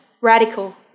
radical